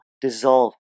dissolve